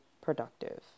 Productive